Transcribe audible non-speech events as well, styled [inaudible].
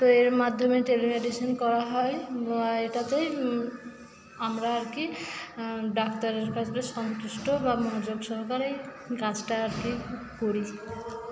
তো এর মাধ্যমে টেলিমেডিসিন করা হয় বা এটাতেই আমরা আর কি ডাক্তারের কাছে সন্তুষ্ট বা মনোযোগ সহকারে এই কাজটাকে করি [unintelligible]